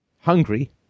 hungry